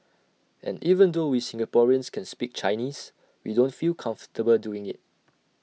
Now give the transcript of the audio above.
and even though we Singaporeans can speak Chinese we don't feel comfortable doing IT